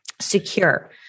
secure